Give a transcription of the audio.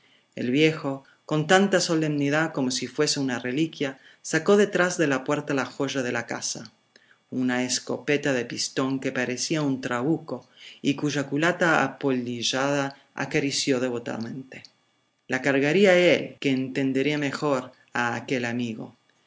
el viejo con tanta solemnidad como si fuese una reliquia sacó de detrás de la puerta la joya de la casa una escopeta de pistón que parecía un trabuco y cuya culata apolillada acarició devotamente la cargaría él que entendería mejor a aquel amigo